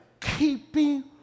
keeping